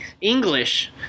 english